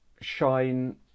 shine